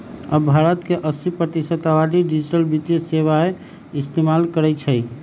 अब भारत के अस्सी प्रतिशत आबादी डिजिटल वित्तीय सेवाएं इस्तेमाल करई छई